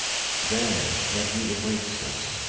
there where he awaits us,